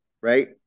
right